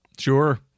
Sure